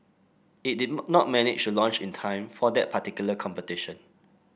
it did not manage to launch in time for that particular competition